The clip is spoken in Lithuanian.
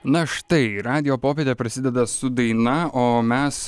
na štai radijo popietė prasideda su daina o mes